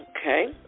okay